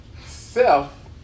self